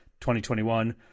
2021